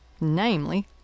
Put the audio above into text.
namely